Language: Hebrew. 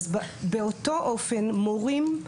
אז באותו אופן, מורים,